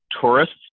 tourists